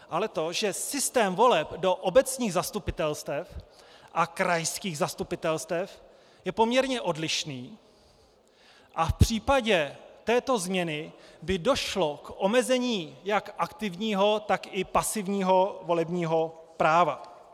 Ale systém voleb do obecních zastupitelstev a krajských zastupitelstev je poměrně odlišný a v případě této změny by došlo k omezení jak aktivního, tak i pasivního volebního práva.